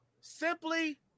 Simply